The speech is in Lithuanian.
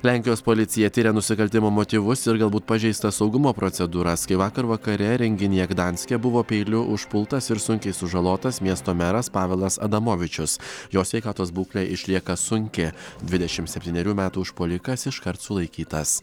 lenkijos policija tiria nusikaltimo motyvus ir galbūt pažeistas saugumo procedūras kai vakar vakare renginyje gdanske buvo peiliu užpultas ir sunkiai sužalotas miesto meras pavelas adamovičius jo sveikatos būklė išlieka sunki dvidešimt septynerių metų užpuolikas iškart sulaikytas